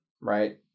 Right